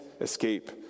escape